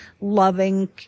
loving